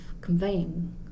conveying